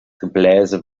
gebläse